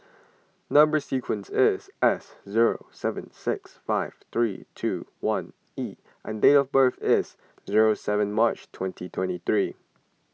Number Sequence is S zero seven six five three two one E and date of birth is zero seven March twenty twenty three